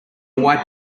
white